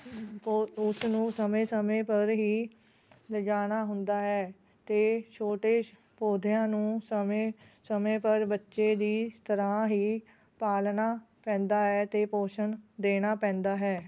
ਕੋਲ ਉਸਨੂੰ ਸਮੇਂ ਸਮੇਂ ਪਰ ਹੀ ਲਗਾਉਣਾ ਹੁੰਦਾ ਹੈ ਅਤੇ ਛੋਟੇ ਪੌਦਿਆਂ ਨੂੰ ਸਮੇਂ ਸਮੇਂ ਪਰ ਬੱਚੇ ਦੀ ਤਰ੍ਹਾਂ ਹੀ ਪਾਲਣਾ ਪੈਂਦਾ ਹੈ ਅਤੇ ਪੋਸ਼ਣ ਦੇਣਾ ਪੈਂਦਾ ਹੈ